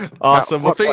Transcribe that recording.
Awesome